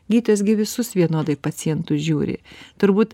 gydytojas gi visus vienodai pacientus žiūri turbūt